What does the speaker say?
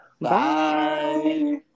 Bye